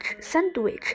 sandwich